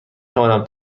توانم